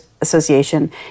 association